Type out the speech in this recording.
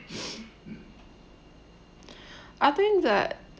I think that